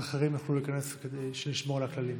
אחרים יוכלו להיכנס כדי שנשמור על הכללים.